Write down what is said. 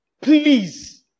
Please